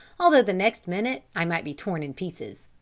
although the next minute i might be torn in pieces.